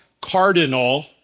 Cardinal